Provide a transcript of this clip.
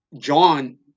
John